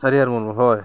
ᱟᱹᱨᱤᱭᱟᱨ ᱢᱩᱨᱢᱩ ᱦᱳᱭ